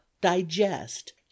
digest